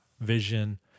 vision